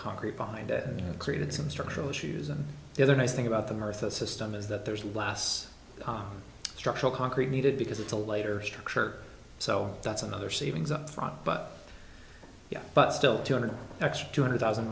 concrete behind it and created some structural issues and the other nice thing about the murtha system is that there's a last structural concrete needed because it's a later structure so that's another savings up front but yeah but still two hundred x two hundred thousand